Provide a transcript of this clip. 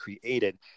created